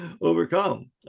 overcome